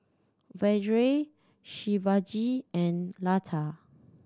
Vedre Shivaji and Lata